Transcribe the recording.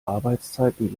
arbeitszeiten